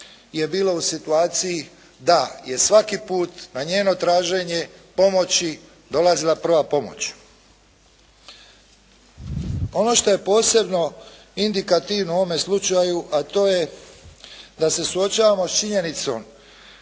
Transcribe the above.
je bilo u situaciji da je svaki put na njeno traženje pomoći dolazila prva pomoć. Ono što je posebno indikativno u ovom slučaju, a to je da se suočavamo sa činjenicom